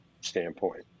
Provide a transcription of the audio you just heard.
standpoint